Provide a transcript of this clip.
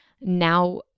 Now